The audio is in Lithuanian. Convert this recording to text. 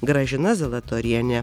gražina zalatorienė